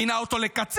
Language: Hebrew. מינה אותו לקצין,